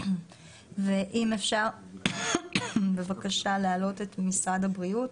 אם אפשר להעלות את משרד הבריאות,